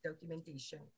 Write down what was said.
documentation